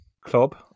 club